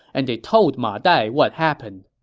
and they told ma dai what happened.